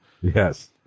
yes